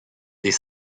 des